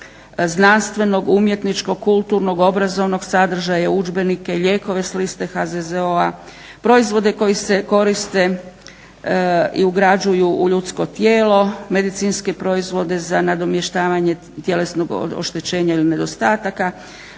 znanstvenog, umjetničkog, kulturnog, obrazovnog sadržaja, udžbenike i lijekove s liste HZZO-a, proizvode koji se koriste i ugrađuju u ljudsko tijelo, medicinske proizvode za nadomještavanje tjelesnog oštećenja ili nedostataka,